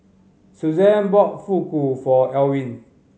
Suzan bought Fugu for Elwyn